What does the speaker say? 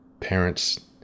parents